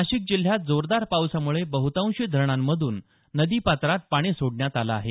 नाशिक जिल्ह्यात जोरदार पावसामुळे बह्तांशी धरणांमधून नद पात्रात पाणी सोडण्यात आलं आहे